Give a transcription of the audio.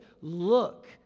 look